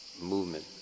movement